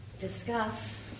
discuss